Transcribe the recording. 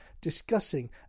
discussing